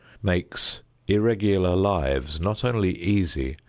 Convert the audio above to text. makes irregular lives not only easy,